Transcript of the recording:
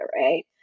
right